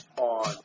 on